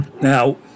now